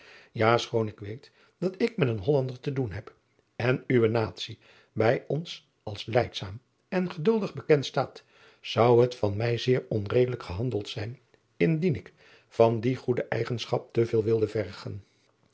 a schoon ik weet dat ik met een ollander te doen heb en uwe atie bij ons als lijdzaam en geduldig bekend staat zou het van mij zeer onredelijk gehandeld zijn indien ik van die goede eigenschap te veel wilde vergen